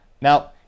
Now